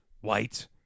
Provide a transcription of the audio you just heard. white